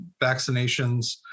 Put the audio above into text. vaccinations